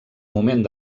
moment